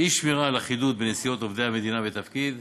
אי-שמירה על אחידות בנסיעות עובדי המדינה בתפקיד,